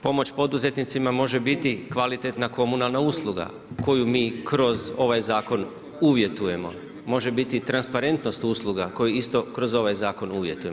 Pomoć poduzetnicima može biti kvalitetna komunalna usluga koju mi kroz ovaj zakon uvjetujemo, može biti transparentnost usluga koje isto kroz ovaj zakon uvjetujemo.